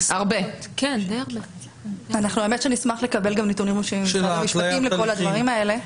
האמת שנשמח לקבל גם נתונים רשמיים ממשרד המשפטים לכל הדברים האלה.